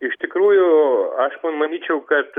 iš tikrųjų aš manyčiau kad